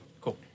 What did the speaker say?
Cool